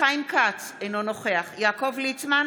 חיים כץ, אינו נוכח יעקב ליצמן,